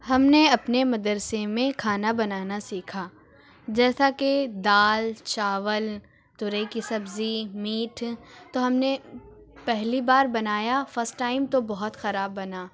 ہم نے اپنے مدرسے میں کھانا بنانا سیکھا جیسا کہ دال چاول تورئی کی سبزی میٹ تو ہم نے پہلی بار بنایا فسٹ ٹائم تو بہت خراب بنا